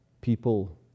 people